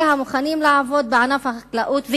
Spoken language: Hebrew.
אלה המוכנים לעבוד בענף החקלאות,